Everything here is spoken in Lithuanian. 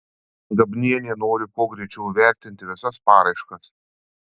gabnienė nori kuo greičiau įvertinti visas paraiškas